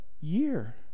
year